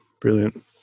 brilliant